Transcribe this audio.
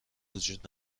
وجود